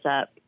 up